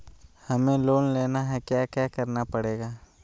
हमें लोन लेना है क्या क्या करना पड़ेगा?